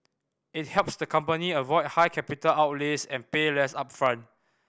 it helps the company avoid high capital outlays and pay less upfront